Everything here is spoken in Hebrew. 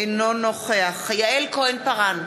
אינו נוכח יעל כהן-פארן,